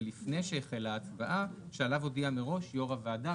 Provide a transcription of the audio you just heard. ולפני שהחלה ההצבעה שעליו הודיע מראש יושב-ראש הוועדה,